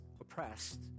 oppressed